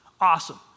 Awesome